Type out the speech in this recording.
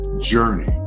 journey